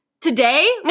today